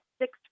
six